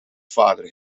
vader